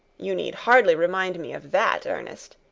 you need hardly remind me of that, ernest.